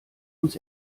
uns